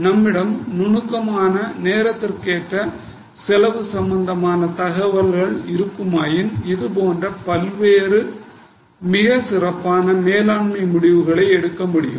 நம்மிடம் நுணுக்கமானநேரத்திற்கேற்ற செலவு சம்பந்தமான தகவல்கள் இருக்குமாயின் பல்வேறு மிகச் சிறப்பான மேலாண்மை முடிவுகளை எடுக்க முடியும்